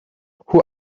who